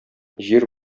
җир